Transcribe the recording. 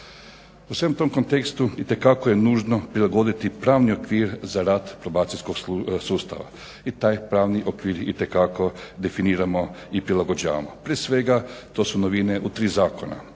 U svem tom kontekstu itekako je nužno prilagoditi pravni okvir za rad probacijskog sustava i taj pravni okvir itekako definiramo i prilagođavamo. Prije svega to su novine u tri zakona,